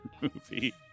movie